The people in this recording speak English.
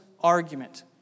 argument